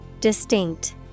Distinct